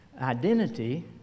identity